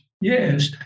yes